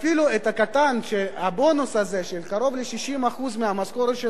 אפילו את הבונוס הזה של קרוב ל-60% מהמשכורת,